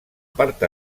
part